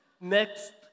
next